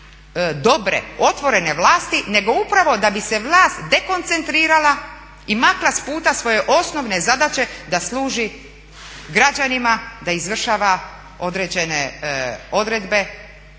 dobre, otvorene vlasti, nego upravo da bi se vlast dekoncentrirala i makla s puta svoje osnovne zadaće da služi građanima da izvršava određene odredbe